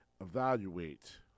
evaluate